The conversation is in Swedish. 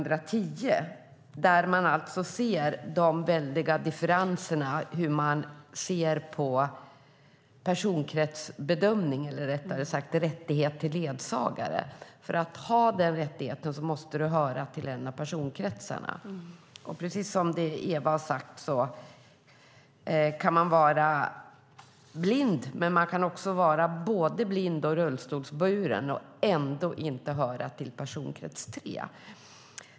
Där ser man differenserna i personkretsbedömningar eller, rättare sagt, rättighet till ledsagare. För att ha den rättigheten måste man höra till en av personkretsarna. Precis som Eva sade kan man vara blind men också både blind och rullstolsburen och ändå inte höra till personkrets 3.